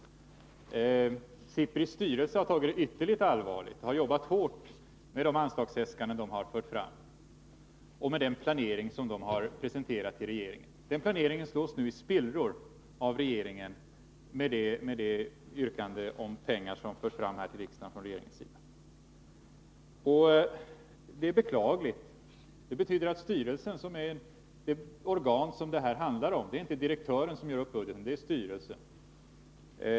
SIPRI:s styrelse har tagit det ytterst allvarligt — man har jobbat hårt med de anslagsäskanden man har fört fram och med den planering som man har presenterat för regeringen. Den slås nu i spillror genom det anslagsyrkande regeringen gör till riksdagen. Det är beklagligt. Det är inte direktören som gör upp budgeten, utan det är styrelsen.